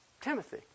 Timothy